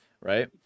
Right